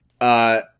Uh-